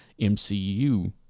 MCU